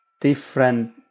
different